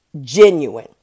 genuine